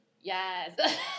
Yes